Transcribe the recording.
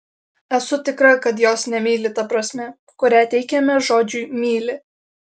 esu tikra kad jos nemyli ta prasme kurią teikiame žodžiui myli